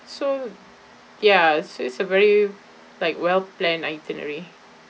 so ya so it's a very like well planned itinerary